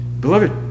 Beloved